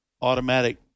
automatic